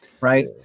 right